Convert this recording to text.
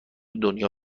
دنیا